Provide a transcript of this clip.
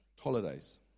holidays